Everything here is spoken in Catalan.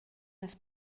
les